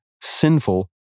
sinful